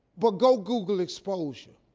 but go google exposure.